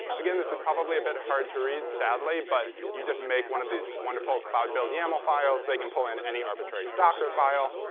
again, this is probably a bit hard to read, sadly, but you just make one of these wonderful cloud build yaml files. they can pull in any arbitrary docker file,